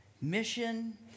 Mission